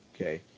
okay